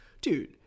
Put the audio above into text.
dude